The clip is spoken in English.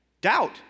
Doubt